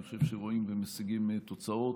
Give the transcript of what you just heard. אני חושב שרואים גם הישגים ותוצאות,